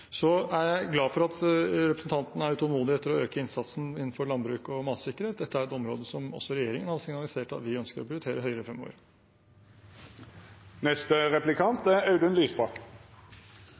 Så er jeg glad for at representanten Navarsete er utålmodig etter å øke innsatsen innenfor landbruk og matsikkerhet. Dette er et område som også regjeringen har signalisert at vi vil prioritere høyere fremover. Jeg er